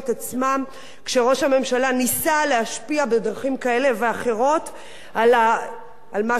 כשראש הממשלה ניסה להשפיע בדרכים כאלה ואחרות על מה שקורה שם,